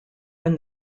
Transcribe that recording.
when